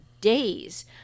days